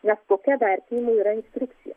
nes tokia vertinimo yra instrukcija